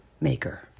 maker